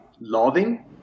loving